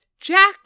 Jack